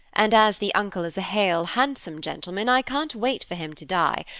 and as the uncle is a hale, handsome gentleman, i can't wait for him to die,